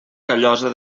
callosa